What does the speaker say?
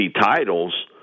titles –